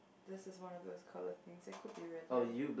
this is one of the colours things that could be red ya